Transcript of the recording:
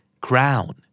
Crown